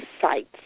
sites